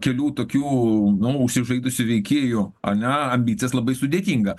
kelių tokių nu užsižaidusių veikėjų ane ambicijas labai sudėtinga